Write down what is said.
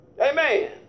Amen